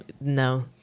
no